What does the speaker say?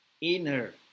inner